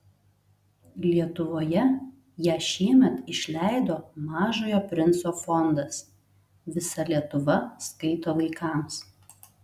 lietuvoje ją šiemet išleido mažojo princo fondas visa lietuva skaito vaikams